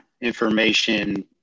information